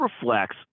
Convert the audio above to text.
reflects